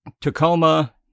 Tacoma